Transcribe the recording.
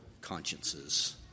consciences